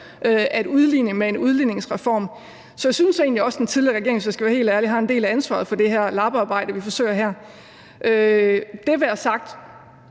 at udligne med en udligningsreform. Så jeg synes egentlig også, at den tidligere regering, hvis jeg skal være helt ærlig, har en del af ansvaret for det her lappearbejde, vi forsøger her. Det være